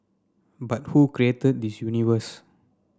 but who created this universe